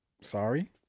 Sorry